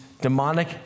demonic